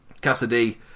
Cassidy